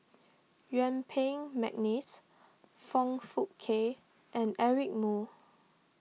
Yuen Peng McNeice Foong Fook Kay and Eric Moo